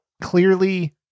Clearly